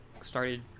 started